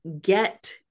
get